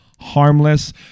Harmless